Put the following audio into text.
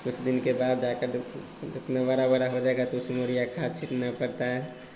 कुछ दिन के बाद आकर देखिए कितना बड़ा बड़ा हो जाएगा तो उसमें उड़िया खाद छिड़कना पड़ता है